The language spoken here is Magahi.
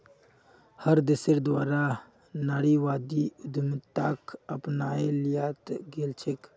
हर देशेर द्वारा नारीवादी उद्यमिताक अपनाए लियाल गेलछेक